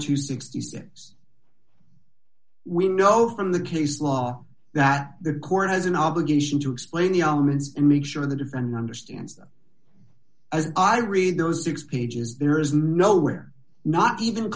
to sixty days we know from the case law that the court is an obligation to explain the elements and make sure the defendant understand as i read those six pages there is nowhere not even